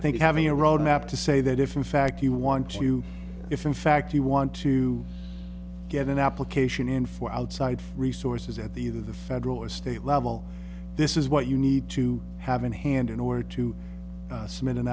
think having a road map to say that if in fact you want to you if in fact you want to get an application in for outside resources at the either the federal or state level this is what you need to have in hand in order to